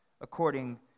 according